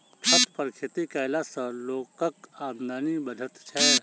छत पर खेती कयला सॅ लोकक आमदनी बढ़ैत छै